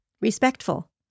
Respectful